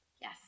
Yes